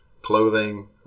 clothing